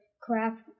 craft